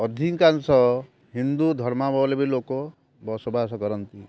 ଅଧିକାଂଶ ହିନ୍ଦୁ ଧର୍ମାବଲମ୍ବୀ ଲୋକ ବସବାସ କରନ୍ତି